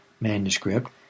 manuscript